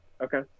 Okay